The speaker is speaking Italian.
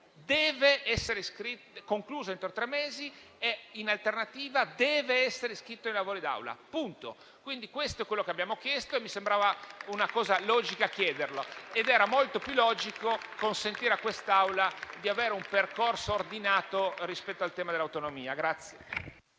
deve essere concluso in tre mesi e, in alternativa, deve essere iscritto ai lavori d'Aula. Questo è quello che abbiamo chiesto. Mi sembrava logico chiederlo ed era molto più logico consentire a quest'Aula di avere un percorso ordinato rispetto al tema dell'autonomia.